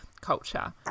culture